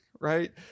right